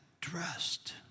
dressed